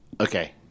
Okay